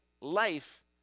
life